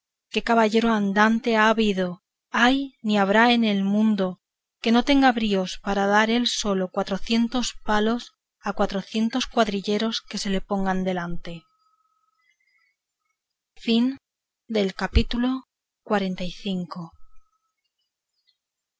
qué caballero andante ha habido hay ni habrá en el mundo que no tenga bríos para dar él solo cuatrocientos palos a cuatrocientos cuadrilleros que se le pongan delante capítulo xlvi de